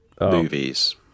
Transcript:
movies